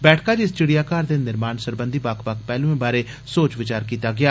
बैठका च इस चिड़ियाघर दे निर्माण सरबंधी बक्ख बक्ख पैहलूएं बारै सोच विचार कीता गेया